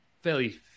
fairly